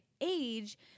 age